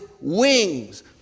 wings